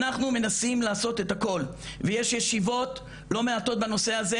אנחנו מנסים לעשות את הכול ויש ישיבות לא מעטות בנושא הזה,